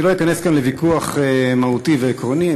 אני לא אכנס כאן לוויכוח מהותי ועקרוני,